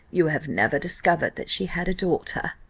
you have never discovered that she had a daughter?